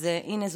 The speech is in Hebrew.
אז הינה,